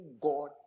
god